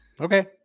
Okay